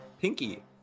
Pinky